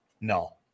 no